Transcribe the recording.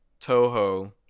Toho